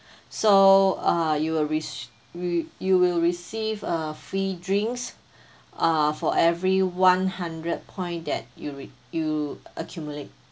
so uh you will rec~ re~ you will receive a free drinks uh for every one hundred point that you re~ you accumulate